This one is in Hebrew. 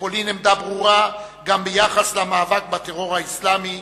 לפולין עמדה ברורה גם בנושא המאבק בטרור האסלאמי.